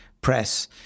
press